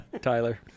Tyler